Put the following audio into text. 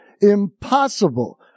impossible